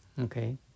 Okay